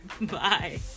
Bye